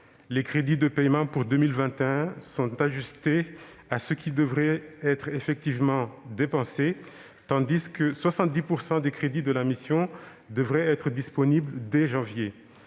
Les crédits de paiement pour 2021 sont ajustés à ce qui devrait être effectivement dépensé. En outre, 70 % des crédits de la mission devant être disponibles dès janvier,